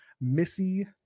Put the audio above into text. Missy